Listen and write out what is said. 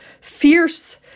fierce